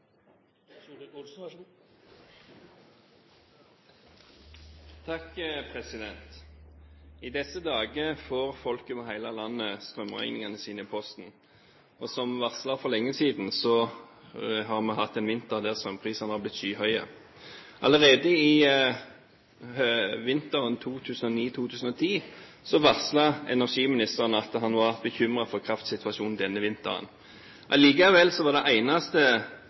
I disse dager får folk over hele landet strømregningene sine i posten, og som varslet for lenge siden, har vi hatt en vinter der strømprisene har blitt skyhøye. Allerede vinteren 2009–2010 varslet energiministeren at han var bekymret for kraftsituasjonen denne vinteren. Allikevel, det eneste som statsministeren kunne melde i VG den 3. desember, var